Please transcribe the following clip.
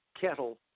kettle